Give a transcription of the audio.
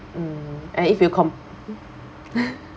mm and if you comp~